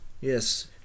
Yes